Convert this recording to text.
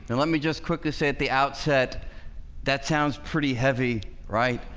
and let me just quickly say at the outset that sounds pretty heavy. right?